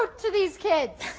ah to these kids.